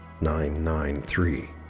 nine-nine-three